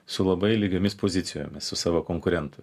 su labai lygiomis pozicijomis su savo konkurentu